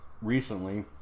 recently